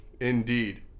indeed